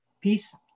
peace